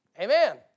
Amen